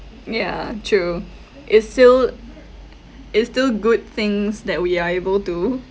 yeah true it's still it's still good things that we are able to